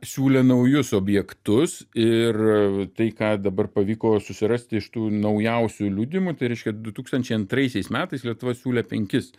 siūlė naujus objektus ir tai ką dabar pavyko susirasti iš tų naujausių liudijimų tai reiškia du tūkstančiai antraisiais metais lietuva siūlė penkis